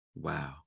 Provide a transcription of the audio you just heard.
Wow